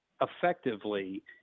effectively